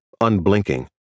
unblinking